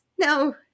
no